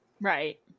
Right